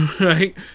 right